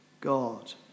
God